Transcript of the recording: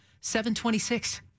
726